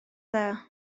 dda